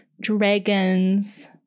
dragons